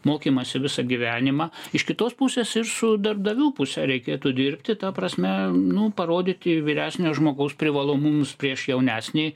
mokymąsi visą gyvenimą iš kitos pusės iš darbdavių pusę reikėtų dirbti ta prasme nu parodyti vyresnio žmogaus privalumus prieš jaunesnį